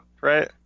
right